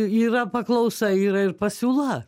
yra paklausa yra ir pasiūla